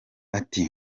ati